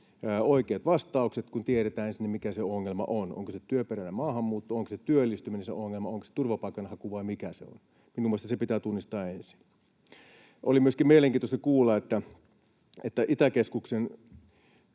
oikeat vastaukset, kun tiedetään ensin, mikä se ongelma on: onko se työperäinen maahanmuutto, onko työllistymisessä ongelma, onko se turvapaikanhaku, vai mikä se on? Minun mielestäni se pitää tunnistaa ensin. Oli myöskin mielenkiintoista kuulla, että Itäkeskuksessa